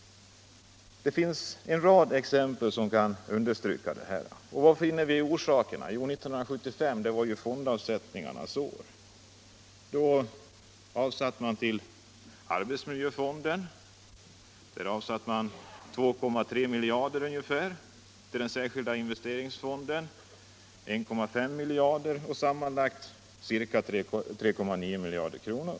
Det finns en rad exempel på sådana minskade bolagsskatter. Var finner vi då orsakerna? Jo, 1975 var fondavsättningarnas år. Till arbetsmiljöfonden avsattes ca 2,3 miljarder kronor och till den särskilda investeringsfonden 1,5 miljarder kronor eller sammanlagt ca 3,9 miljarder kronor.